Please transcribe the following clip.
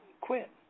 quit